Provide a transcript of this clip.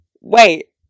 wait